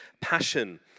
passion